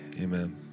Amen